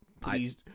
please